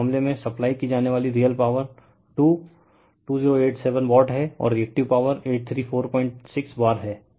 तो इस मामले में सप्लाई की जाने वाली रियल पॉवर टू 2087 वाट है और रिएक्टिव पॉवर 8346 वर है